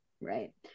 right